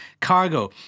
cargo